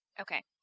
Okay